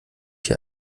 hier